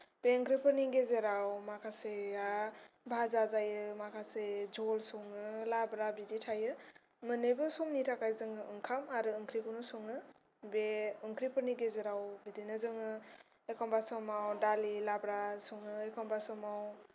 बे ओंख्रिफोरनि गेजेराव माखासेया भाजा जायो माखासे झल सङो लाब्रा बिदि थायो मोननैबो समनि थाखाय जोङो ओंखाम आरो ओंख्रिखौनो सङो बे ओंख्रिफोरनि गेजेराव बिदिनो जोङो एखमब्ला समाव दालि लाब्रा सङो एखमब्ला समाव